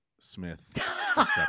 Smith